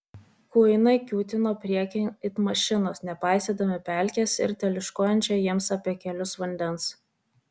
kuinai kiūtino priekin it mašinos nepaisydami pelkės ir teliūškuojančio jiems apie kelius vandens